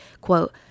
quote